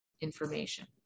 information